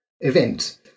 event